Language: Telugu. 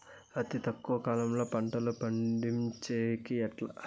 అతి తక్కువ కాలంలో పంటలు పండించేకి ఎట్లా?